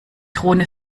drohne